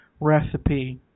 recipe